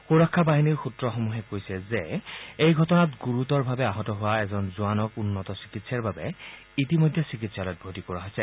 সুৰক্ষা বাহিনীৰ সূত্ৰসমূহে কৈছে যে এই ঘটনাত গুৰুতৰভাৱে আহত হোৱা এজন জোৱানৰ উন্নত চিকিৎসাৰ বাবে ইতিমধ্যে চিকিৎসালয়ত ভৰ্তি কৰোৱা হৈছে